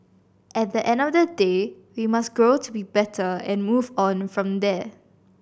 at the end of the day we must grow to be better and move on from there